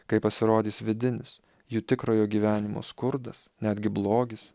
kai pasirodys vidinis jų tikrojo gyvenimo skurdas netgi blogis